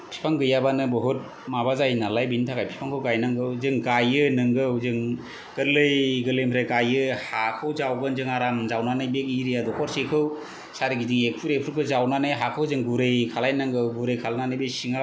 बिफां गैयाबानो बुहुत माबा जायो नालाय बेनि थाखाय बिफांखौ गायनांगौ जों गायो नंगौ जों गोरलै गोरलैनिफ्राय गायो हाखौ जावगोन जों आराम जावनानै बे एरिया दखरसेखौ सारिगिदिङै एखुर एखुरखौ जावनानै हाखौ जों गुरै खालायनांगौ गुरै खालायनानै बे सिङाव